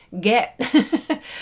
get